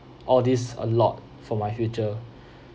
all these a lot for my future